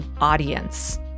audience